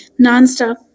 nonstop